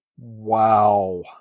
wow